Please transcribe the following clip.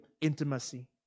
intimacy